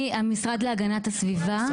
לא המנגנון.